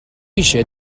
eisiau